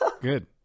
Good